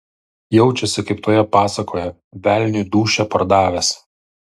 jaučiasi kaip toje pasakoje velniui dūšią pardavęs